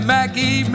Mackie